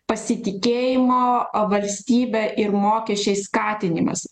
pasitikėjimo valstybe ir mokesčiai skatinimas